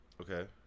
Okay